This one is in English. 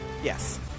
Yes